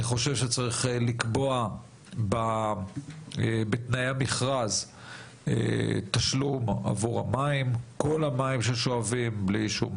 אני חושב שצריך לקבוע בתנאי המכרז תשלום עבור כל המים ששואבים בלי שום